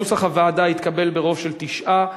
סעיף 2 כנוסח הוועדה התקבל ברוב של תשעה,